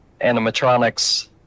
Animatronics